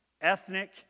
ethnic